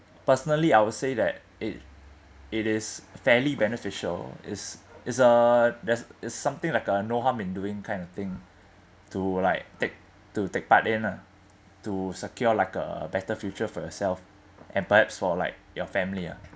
personally I would say that it it is fairly beneficial is is uh there's is something like a no harm in doing kind of thing to like take to take part in ah to secure like a better future for yourself and perhaps for like your family ah